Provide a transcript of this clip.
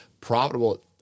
profitable